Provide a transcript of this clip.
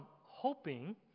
hoping